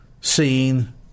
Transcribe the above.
seen